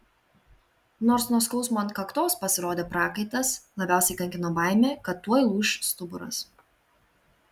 nors nuo skausmo ant kaktos pasirodė prakaitas labiausiai kankino baimė kad tuoj lūš stuburas